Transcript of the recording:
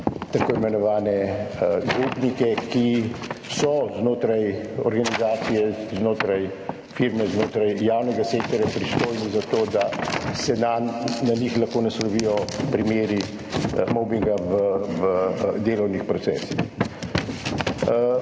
tako imenovane zaupnike, ki so znotraj organizacije, znotraj firme, znotraj javnega sektorja pristojni za to, da se na njih lahko naslovijo primeri mobinga v delovnih procesih.